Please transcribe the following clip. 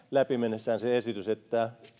läpi mennessään tarkoittamaan sitä että